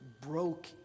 broke